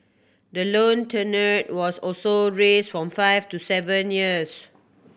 the loan tenure was also raised from five to seven years